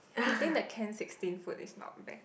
then the can sixteen food is not bad